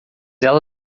ela